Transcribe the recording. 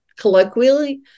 colloquially